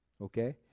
okay